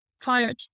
fired